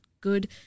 good